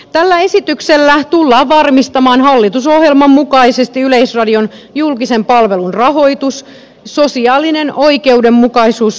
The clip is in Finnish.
tällä esityksellä tullaan varmistamaan hallitusohjelman mukaisesti yleisradion julkisen palvelun rahoitus sosiaalinen oikeudenmukaisuus huomioiden